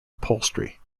upholstery